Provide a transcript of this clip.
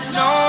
no